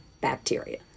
bacteria